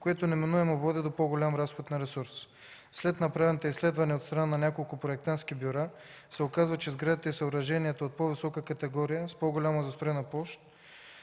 което неминуемо води до по-голям разход на ресурс. След направените изследвания от страна на няколко проектантски бюра се оказва, че сградите и съоръженията от по-висока категория с по-голяма застроена площ,